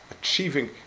achieving